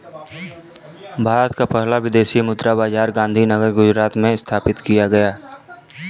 भारत का पहला विदेशी मुद्रा बाजार गांधीनगर गुजरात में स्थापित किया गया है